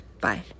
Bye